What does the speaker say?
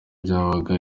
byabaga